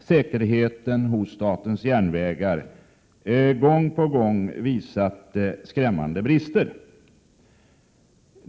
säkerheten vid statens järnvägar gång på gång har uppvisat skrämmande brister.